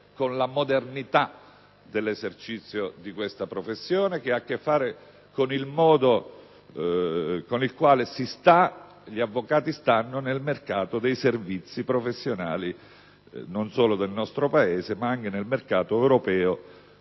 con la modernità dell'esercizio di questa professione e con il modo con il quale gli avvocati stanno nel mercato dei servizi professionali non solo del nostro Paese, ma anche dell'ambito europeo